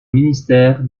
ministère